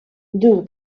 duu